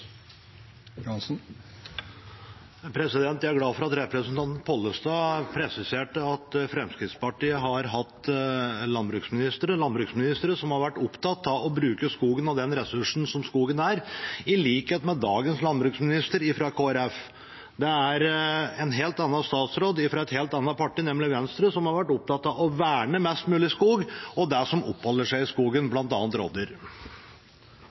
har vært opptatt av å bruke skogen og den ressursen som skogen er, i likhet med dagens landbruksminister fra Kristelig Folkeparti. Det er en helt annen statsråd fra et helt annet parti, nemlig Venstre, som har vært opptatt av å verne mest mulig skog, og det som oppholder seg i skogen, bl.a. rovdyr.